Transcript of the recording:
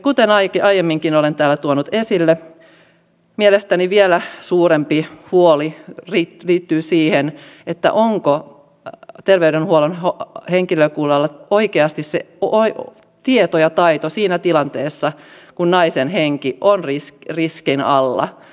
kuten aiemminkin olen täällä tuonut esille mielestäni vielä suurempi huoli liittyy siihen onko terveydenhuollon henkilökunnalla oikeasti se tieto ja taito siinä tilanteessa kun naisen henki on riskin alla